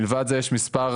יש מספר